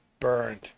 Burned